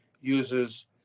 uses